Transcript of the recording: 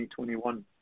2021